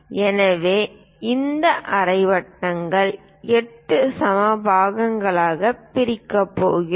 எனவே இந்த அரை வட்டங்களை 8 சம பாகங்களாக பிரிக்கப் போகிறோம்